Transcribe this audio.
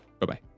Bye-bye